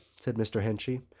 said mr. henchy,